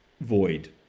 void